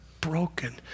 broken